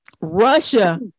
Russia